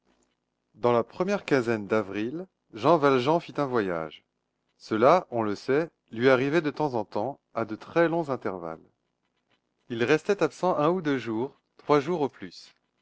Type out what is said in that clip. dans la première quinzaine d'avril jean valjean fit un voyage cela on le sait lui arrivait de temps en temps à de très longs intervalles il restait absent un ou deux jours trois jours au plus